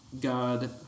God